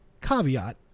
caveat